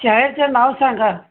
शहराचं नाव सांगा